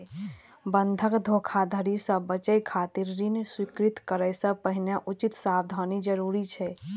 बंधक धोखाधड़ी सं बचय खातिर ऋण स्वीकृत करै सं पहिने उचित सावधानी जरूरी छै